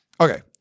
Okay